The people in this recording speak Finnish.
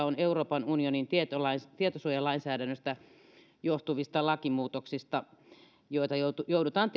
on euroopan unionin tietosuojalainsäädännöstä johtuvista lakimuutoksista joita joita joudutaan